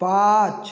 पाँच